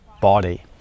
body